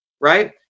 right